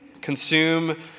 Consume